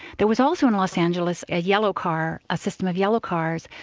there was also in los angeles a yellow car, a system of yellow cars,